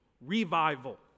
revival